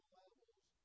levels